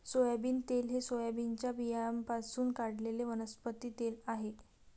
soybean तेल हे सोयाबीनच्या बियाण्यांपासून काढलेले वनस्पती तेल आहे